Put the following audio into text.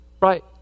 right